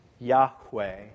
Yahweh